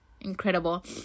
incredible